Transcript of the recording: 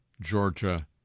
Georgia